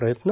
प्रयत्न